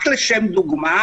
רק לשם דוגמה,